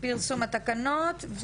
פרסום התקנות,